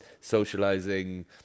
socializing